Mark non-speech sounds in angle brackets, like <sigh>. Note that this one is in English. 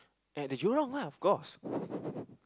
at the Jurong lah of course <breath>